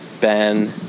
Ben